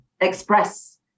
express